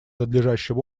надлежащим